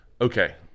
Okay